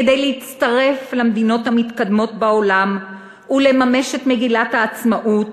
כדי להצטרף למדינות המתקדמות בעולם ולממש את מגילת העצמאות